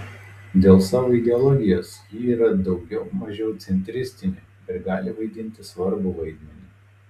dėl savo ideologijos ji yra daugiau mažiau centristinė ir gali vaidinti svarbų vaidmenį